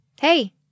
Hey